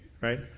right